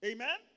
Amen